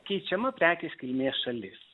keičiama prekės kilmės šalis